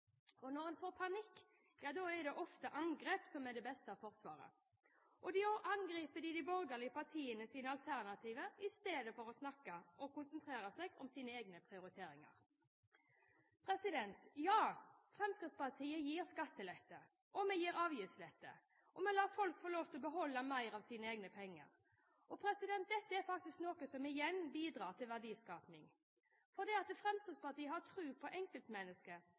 Og når en får panikk, er det ofte angrep som er det beste forsvar – og da angrep på de borgerlige partienes alternativer i stedet for å snakke og konsentrere seg om sine egne prioriteringer. Ja, Fremskrittspartiet gir skattelette. Vi gir avgiftslette, og vi lar folk få lov til å beholde mer av sine egne penger. Og dette er faktisk noe som igjen bidrar til verdiskaping. Fremskrittspartiet har tro på enkeltmennesket